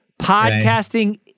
podcasting